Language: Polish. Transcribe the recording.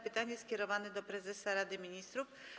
Pytanie skierowane jest do prezesa Rady Ministrów.